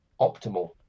optimal